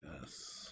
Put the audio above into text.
Yes